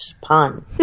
pun